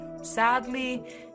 sadly